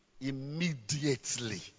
Immediately